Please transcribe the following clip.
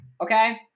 okay